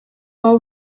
hau